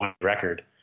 record